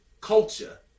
culture